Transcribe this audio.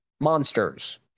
monsters